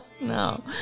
No